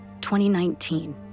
2019